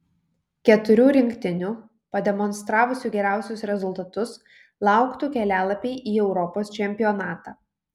keturių rinktinių pademonstravusių geriausius rezultatus lauktų kelialapiai į europos čempionatą